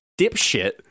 dipshit